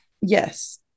yes